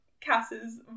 cass's